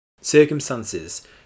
circumstances